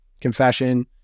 confession